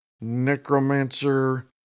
Necromancer